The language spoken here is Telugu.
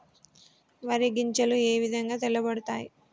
వరి గింజలు ఏ విధంగా తెల్ల పడతాయి?